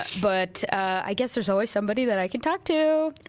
but i guess there's always somebody that i could talk to.